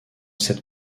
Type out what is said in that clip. cette